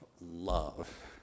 love